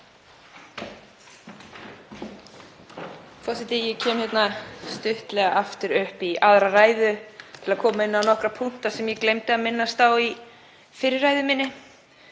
Forseti. Ég kem hér stuttlega aftur upp í aðra ræðu til að koma inn á nokkra punkta sem ég gleymdi að minnast á í fyrri ræðu minni,